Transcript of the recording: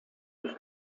was